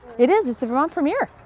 it is, it's the vermont premiere.